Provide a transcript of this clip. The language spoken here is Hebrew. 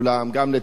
גם לתושבים,